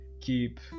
keep